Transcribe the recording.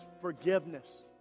forgiveness